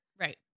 Right